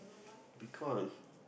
because